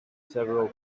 several